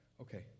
Okay